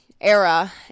era